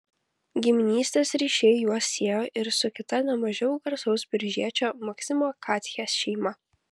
giminystės ryšiai juos siejo ir su kita ne mažiau garsaus biržiečio maksimo katchės šeima